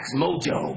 mojo